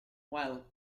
well